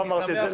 לא אמרתי את זה.